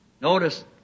Notice